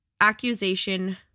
accusation